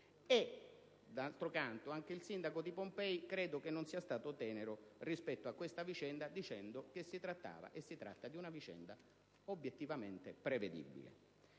D'altro canto, anche il sindaco di Pompei non è stato tenero rispetto a questa vicenda, affermando che si trattava e si tratta di una vicenda obiettivamente prevedibile.